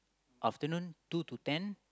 afternoon two to ten